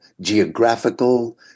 geographical